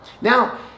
now